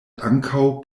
ankaŭ